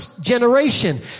generation